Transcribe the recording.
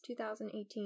2018